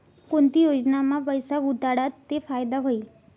कोणती योजनामा पैसा गुताडात ते फायदा व्हई?